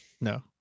No